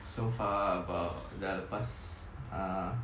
so far about the past err